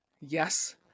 yes